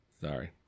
Sorry